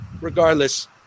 regardless